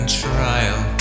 trial